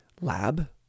lab